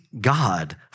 God